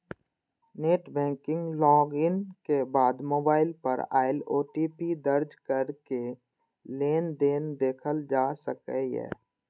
net banking log in के बाद mobile पर आयल ओ.टी.पी दर्ज कैरके लेनदेन देखल जा सकैए